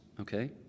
okay